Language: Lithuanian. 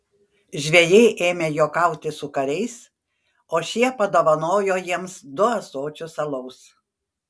žvejai ėmė juokauti su kariais o šie padovanojo jiems du ąsočius alaus